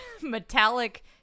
metallic